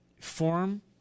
Form